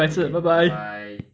okay bye bye